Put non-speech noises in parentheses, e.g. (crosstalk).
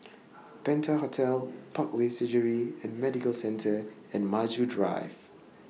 (noise) Penta Hotel Parkway Surgery and Medical Centre and Maju Drive (noise)